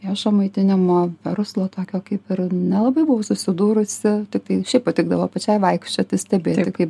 viešo maitinimo verslo tokio kaip ir nelabai buvau susidūrusi tiktai šiaip patikdavo pačiai vaikščioti stebėti kaip